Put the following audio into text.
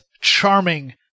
charming